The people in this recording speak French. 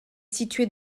située